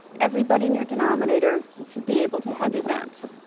everybody in your denominator should be able to have events.